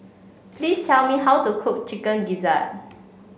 please tell me how to cook Chicken Gizzard